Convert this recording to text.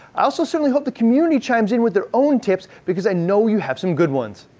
i also certainly hope the community chimes in with their own tips, because i know you have some good ones.